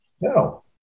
no